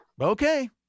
okay